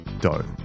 dough